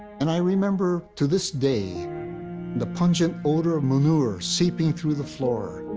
and i remember to this day the pungent odor of manure seeping through the floor,